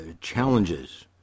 challenges